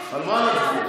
על מה נצביע?